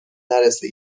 نرسه